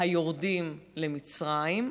היורדים למצרים: